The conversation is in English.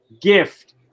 gift